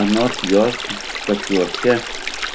anot jos tokiuose